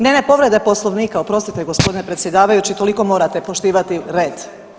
Ne, ne povreda je Poslovnika, oprostite gospodine predsjedavajući toliko morate poštivati red.